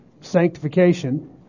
sanctification